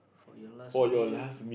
for your last meal